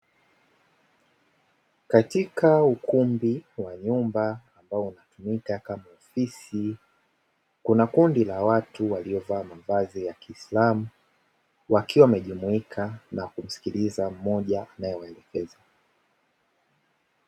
Katika ukumbi wa nyumba, ambao unatumika kama ofisi. Kuna kundi la watu, waliovaa mavazi ya kiislamu, Wakiwa wamejumuika na kumsikiliza mmoja anayewaelekeza.